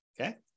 Okay